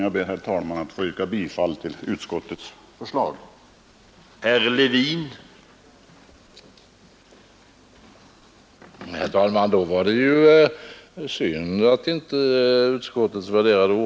Jag ber, herr talman, att få yrka bifall till utskottets förslag.